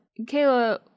Kayla